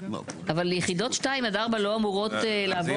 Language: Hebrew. אבל יחידות 2 עד 4 לא אמורות לעבוד ---?